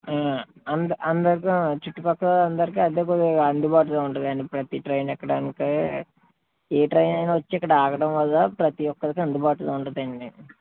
అంద అందరికి చుట్టుపక్కల అందరికి అదే కొద్దిగా అందుబాటులో ఉంటుందండి ప్రతి ట్రైన్ ఎక్కడానికి ఏ ట్రైన్ అయినా వచ్చి ఇక్కడ ఆగడం వల్ల ప్రతి ఒక్కరికి అందుబాటులో ఉంటదండి